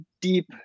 deep